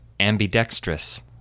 ambidextrous